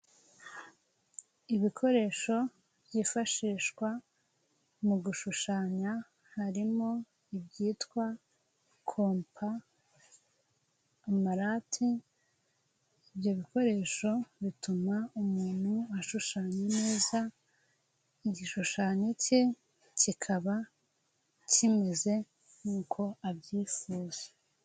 Ibikoresho byifashishwa mu gushushanya harimo, ibyitwa kompa, amarati ibyo bikoresho bituma umuntu ashushanya neza igishushanyo ke kikaba kimeze nkuko abyifuza.